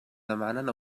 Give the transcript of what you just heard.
demanen